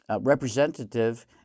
Representative